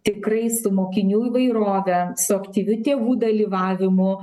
tikrai su mokinių įvairove su aktyviu tėvų dalyvavimu